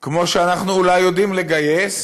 כמו שאנחנו אולי יודעים לגייס?